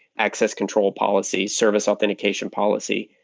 access control policy, service authentication policy,